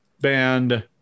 band